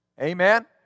Amen